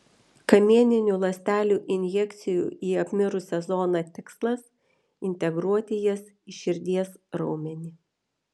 kamieninių ląstelių injekcijų į apmirusią zoną tikslas integruoti jas į širdies raumenį